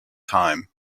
time